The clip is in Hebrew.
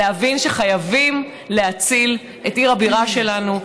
להבין שחייבים להציל את עיר הבירה שלנו,